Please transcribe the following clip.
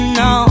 no